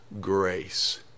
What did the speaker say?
grace